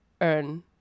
earn